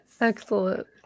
Excellent